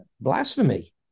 blasphemy